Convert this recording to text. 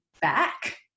back